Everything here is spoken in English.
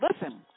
Listen